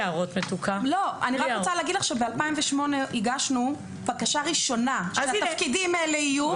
רק רוצה להגיד לך שב-2008 הגשנו בקשה ראשונה שהתפקידים האלה יהיו.